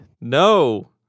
No